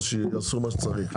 ושיעשו מה שצריך.